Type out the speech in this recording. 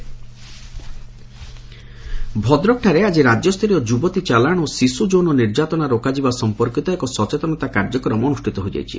ସଚେତନତା କାଯ୍ୟକ୍ମ ଭଦ୍ରକଠାରେ ଆକି ରାଜ୍ୟସରୀୟ ଯୁବତୀ ଚାଲାଶ ଓ ଶିଶୁ ଯୌନ ନିର୍ଯାତନା ରୋକାଯିବା ସଂପର୍କିତ ଏକ ସଚେତନତା କାର୍ଯ୍ୟକ୍ରମ ଅନୁଷ୍ପିତ ହୋଇଯାଇଛି